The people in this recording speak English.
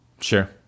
Sure